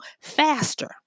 faster